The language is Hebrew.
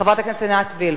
חברת הכנסת עינת וילף,